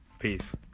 peace